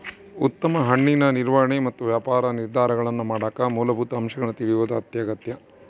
ಉತ್ತಮ ಹಣ್ಣಿನ ನಿರ್ವಹಣೆ ಮತ್ತು ವ್ಯಾಪಾರ ನಿರ್ಧಾರಗಳನ್ನಮಾಡಕ ಮೂಲಭೂತ ಅಂಶಗಳನ್ನು ತಿಳಿಯೋದು ಅತ್ಯಗತ್ಯ